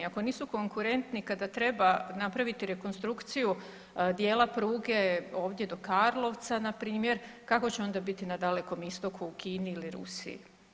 Ako nisu konkurentni kada treba napraviti rekonstrukciju dijela pruge ovdje do Karlovca, npr., kako će onda biti na Dalekom Istoku, u Kini ili Rusiji.